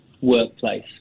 workplace